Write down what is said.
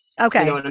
Okay